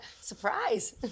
Surprise